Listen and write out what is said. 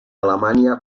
alemanya